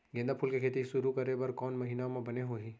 गेंदा फूल के खेती शुरू करे बर कौन महीना मा बने होही?